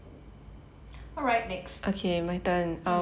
alright next